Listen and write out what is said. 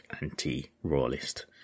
anti-royalist